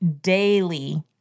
daily